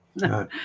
No